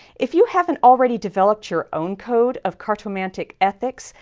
if you haven't already developed your own code of cartomantic ethics,